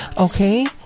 Okay